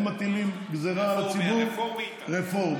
הם מטילים גזרה על הציבור, רפורמה.